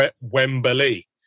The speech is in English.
Wembley